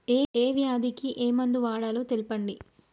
ఏ వ్యాధి కి ఏ మందు వాడాలో తెల్పండి?